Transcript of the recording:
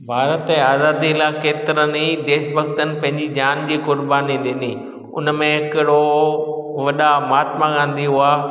भारत आज़ादी लाइ केतिरनि ई देश भक्तनि पंहिंजी जान जी क़ुर्बानी ॾिनी उन में हिकिड़ो वॾा महात्मा गांधी हुआ